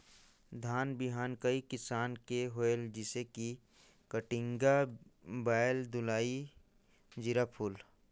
धान बिहान कई किसम के होयल जिसे कि कलिंगा, बाएल दुलारी, जीराफुल?